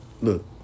Look